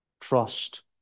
Trust